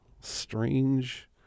Strange